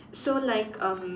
so like um